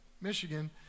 Michigan